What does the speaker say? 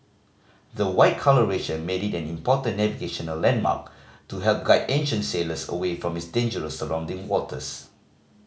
the white colouration made it an important navigational landmark to help guide ancient sailors away from its dangerous surrounding waters